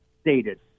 stated